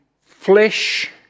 flesh